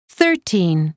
thirteen